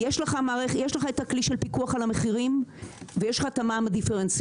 יש לך את הכלי של פיקוח על המחירים ויש לך את המע"מ הדיפרנציאלי.